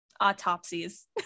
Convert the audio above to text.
autopsies